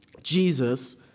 Jesus